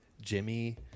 Jimmy